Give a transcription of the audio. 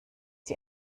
die